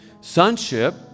Sonship